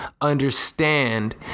understand